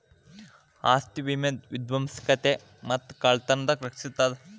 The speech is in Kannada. ಆಸ್ತಿ ವಿಮೆ ವಿಧ್ವಂಸಕತೆ ಮತ್ತ ಕಳ್ತನದಿಂದ ರಕ್ಷಿಸ್ತದ